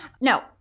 No